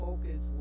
focus